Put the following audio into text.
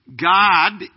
God